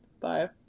Bye